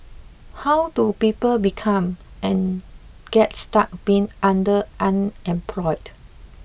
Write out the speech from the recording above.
how do people become and get stuck being under unemployed